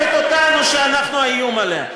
תוקפת אותנו שאנחנו האיום עליה.